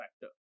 factor